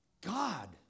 God